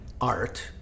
art